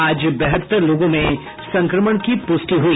आज बहत्तर लोगों में संक्रमण की पुष्टि हुई